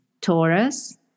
Taurus